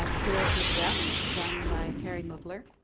ah here is macbeth done by thierry mugler.